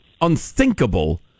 unthinkable